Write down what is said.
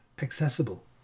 accessible